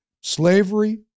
Slavery